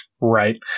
Right